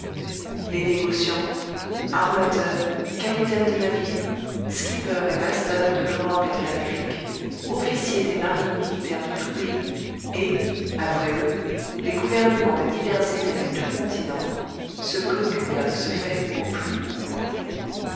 les négociants armateurs capitaines de navires skippers et masters de l'europe et de l'amérique officiers des marines militaires de tous pays et après eux les gouvernements des divers états des deux continents se préoccupèrent de ce fait au plus haut point